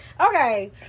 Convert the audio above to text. Okay